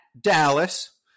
Dallas